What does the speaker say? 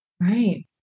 right